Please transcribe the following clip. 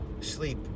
sleep